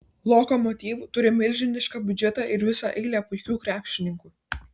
lokomotiv turi milžinišką biudžetą ir visą eilę puikių krepšininkų